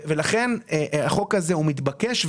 החוק הזה מתבקש.